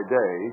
day